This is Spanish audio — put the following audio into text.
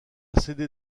sede